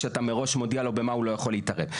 כשאתה מראש מודיע לו במה הוא לא יכול להתערב.